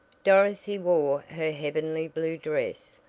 dorothy wore her heavenly blue dress,